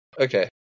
okay